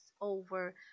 over